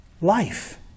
life